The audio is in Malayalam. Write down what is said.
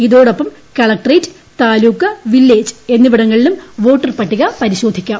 ഇതോടൊപ്പം കളക്ട്രേറ്റ് താലൂക്ക് വില്ലേജ് എന്നിവിടങ്ങളിലും വോട്ടർ പട്ടിക പരിശോധി ക്കാം